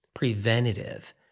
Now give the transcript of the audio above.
preventative